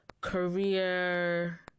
career